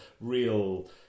real